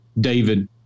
David